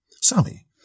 Sammy